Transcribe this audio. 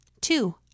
Two